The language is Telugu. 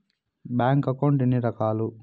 బ్యాంకు అకౌంట్ ఎన్ని రకాలు